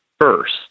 first